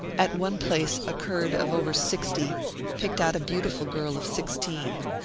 at one place a kurd of over sixty picked out a beautiful girl of sixteen.